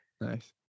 Nice